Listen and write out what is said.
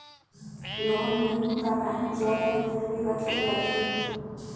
Loan लेहूं ता काहीं जाएत ला गिरवी रखेक लगही?